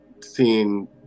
seeing